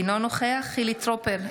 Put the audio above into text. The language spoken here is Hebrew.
אינו נוכח חילי טרופר,